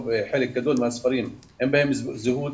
בחלק גדול מהספרים אין זהות,